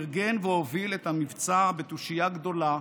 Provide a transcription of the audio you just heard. ארגן והוביל את המבצע בתושייה גדולה,